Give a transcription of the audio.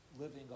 living